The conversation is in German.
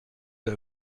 der